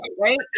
right